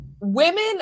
Women